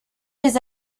les